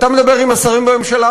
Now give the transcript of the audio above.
אתה מדבר עם השרים בממשלה,